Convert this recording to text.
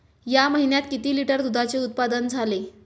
या महीन्यात किती लिटर दुधाचे उत्पादन झाले?